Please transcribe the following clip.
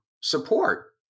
support